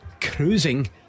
cruising